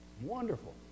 Wonderful